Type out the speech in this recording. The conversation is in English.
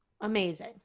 Amazing